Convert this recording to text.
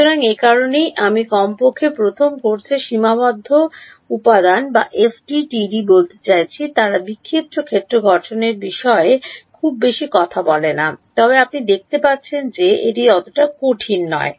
সুতরাং এ কারণেই আমি কমপক্ষে প্রথম কোর্সে সীমাবদ্ধ উপাদান বা এফডিটিডি বলতে চাইছি তারা বিক্ষিপ্ত ক্ষেত্র গঠনের বিষয়ে খুব বেশি কথা বলে না তবে আপনি দেখতে পাচ্ছেন যে এটি এতটা কঠিন নয়